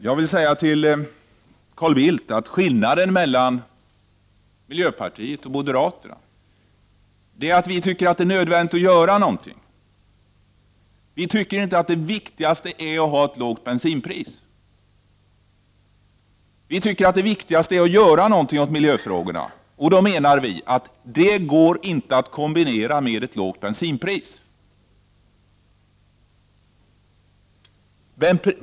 Herr talman! Jag vill säga till Carl Bildt att skillnaden mellan miljöpartiet och moderaterna är att vi tycker att det är nödvändigt att göra någonting. Vi tycker inte att det viktigaste är att ha ett lågt bensinpris. Vi tycker att det viktigaste är att göra någonting åt miljöfrågorna. Då menar vi att det inte går att kombinera detta med ett lågt bensinpris.